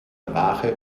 rache